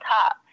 top